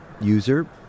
user